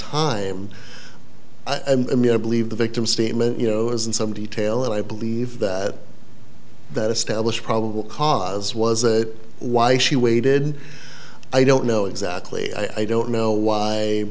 time i mean i believe the victim's statement you know is in some detail and i believe that that establish probable cause was that why she waited i don't know exactly i don't know why